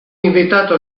invitato